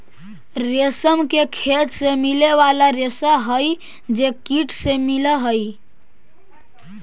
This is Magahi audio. रेशम के खेत से मिले वाला रेशा हई जे कीट से मिलऽ हई